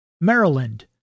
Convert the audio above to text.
Maryland